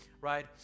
right